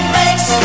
makes